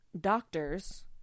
doctors